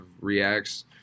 reacts